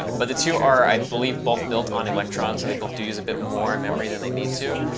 but the two are, i believe, both built on electron, so they both do use a bit more and memory than they need to.